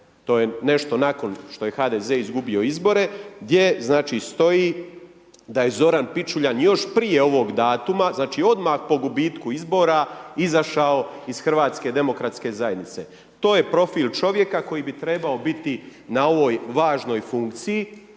to je nešto nakon što je HDZ izgubio izbore, gdje stoji da je Zoran Pičuljan još prije ovog datuma ovog datuma, znači odmah po gubitku izbora izašao iz HDZ-a. To je profil čovjeka koji bi trebao biti na ovoj važnoj funkciji.